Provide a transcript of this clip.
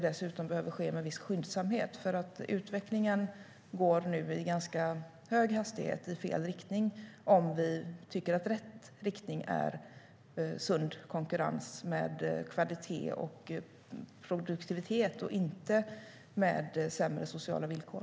Dessutom behöver detta ske med viss skyndsamhet, för utvecklingen går nu i ganska hög hastighet i fel riktning - om vi tycker att rätt riktning innebär sund konkurrens med kvalitet och produktivitet och inte med sämre sociala villkor.